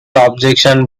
objection